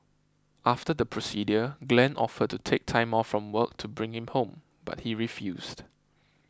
after the procedure Glen offered to take time off from work to bring him home but he refused